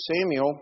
Samuel